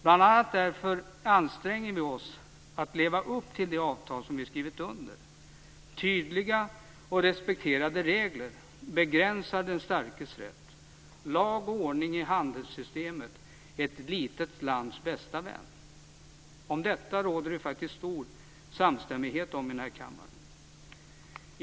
Bl.a. därför anstränger vi oss att leva upp till de avtal som vi har skrivit under. Tydliga och respekterade regler begränsar den starkes rätt. Lag och ordning i handelssystemet är ett litet lands bästa vän. Om detta råder stor samstämmighet i denna kammare.